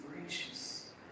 gracious